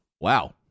Wow